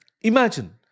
Imagine